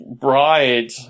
bride